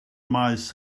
maes